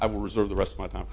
i will reserve the rest of my time